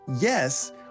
yes